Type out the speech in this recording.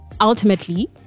ultimately